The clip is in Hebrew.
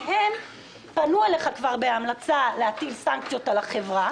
הם פנו אליך כבר בהמלצה להטיל סנקציות על החברה